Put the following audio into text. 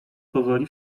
powoli